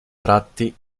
tratti